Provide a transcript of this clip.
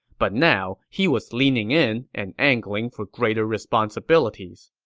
but now he was leaning in and angling for greater responsibilities.